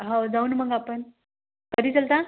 हो जाऊ ना मग आपण कधी चलता